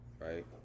right